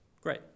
Great